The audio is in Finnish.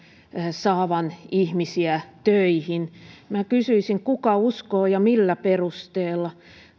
saavan ihmisiä töihin kysyisin kuka uskoo ja millä perusteella